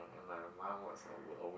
and my mum was a~ will always